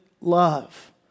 love